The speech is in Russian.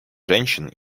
женщин